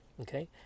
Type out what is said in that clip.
okay